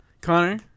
Connor